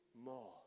more